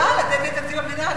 אני מוכנה לתת לתקציב המדינה,